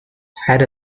had